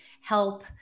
help